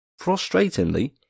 Frustratingly